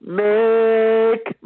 make